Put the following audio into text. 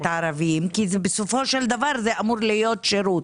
ערבים כי בסופו של דבר זה אמור להיות שירות.